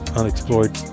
unexplored